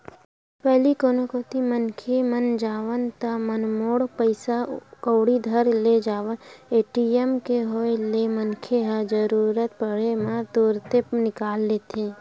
पहिली कोनो कोती मनखे मन जावय ता मनमाड़े पइसा कउड़ी धर के जावय ए.टी.एम के होय ले मनखे ह जरुरत पड़े म तुरते निकाल लेथे